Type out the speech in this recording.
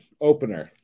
Opener